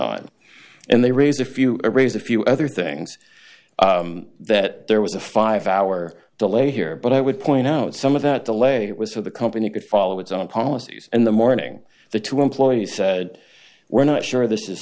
on and they raise a few raise a few other things that there was a five hour delay here but i would point out some of that delay it was for the company could follow its own policies in the morning the two employees were not sure this is